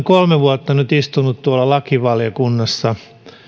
kolme vuotta nyt istunut tuolla lakivaliokunnassa